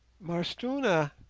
m'arstuna,